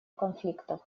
конфликтов